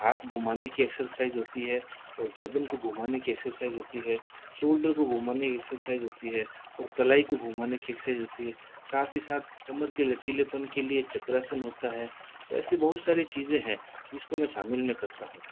हाँथ घुमाने की एक्सरसाइज़ होती है और गर्दन को घूमाने की एक्सरसाइज़ होती है शोल्डर को घूमाने की एक्सरसाइज़ होती है और कलाई को घुमाने की एक्सरसाइज़ होती है साथ ही साथ कमर के लचीलेपन के लिए चक्रासन होता है तो ऐसी बहुत सारी चीज़ें हैं जिसको मैं शामिल मैं करता हूँ